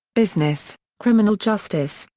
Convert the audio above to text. business, criminal justice,